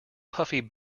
puffy